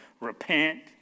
repent